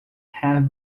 have